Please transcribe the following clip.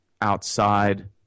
outside